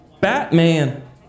Batman